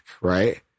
right